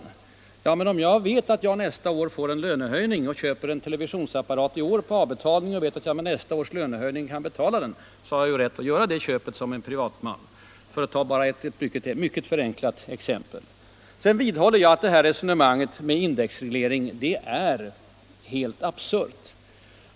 Ja, men om jag — för att ta bara ett mycket förenklat exempel — vet att jag nästa år får en löneförhöjning och därför nu köper en televisionsapparat som jag vet att jag kan betala med nästa års lönehöjning, har jag ju rätt att göra det köpet som en privatman. Sedan vidhåller jag att resonemanget om indexreglering är helt absurt.